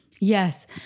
Yes